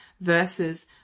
versus